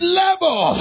level